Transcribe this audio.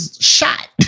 shot